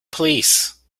police